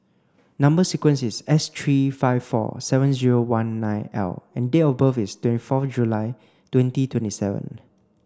number sequence is S three five four seven zero one nine L and date of birth is twenty four July twenty twenty seven